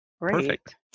Perfect